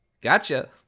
Gotcha